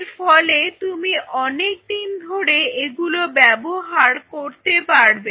এরফলে তুমি অনেক দিন ধরে এগুলো ব্যবহার করতে পারবে